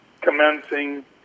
commencing